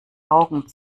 augen